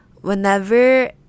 whenever